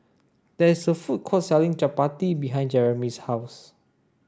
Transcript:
there is a food court selling Chappati behind Jeremy's house